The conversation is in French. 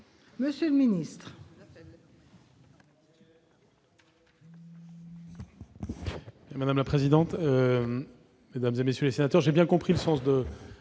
Monsieur le ministre,